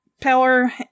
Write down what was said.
power